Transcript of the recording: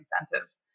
incentives